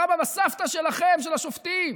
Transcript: הסבא והסבתא שלכם, של השופטים,